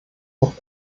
auch